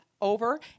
over